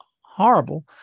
horrible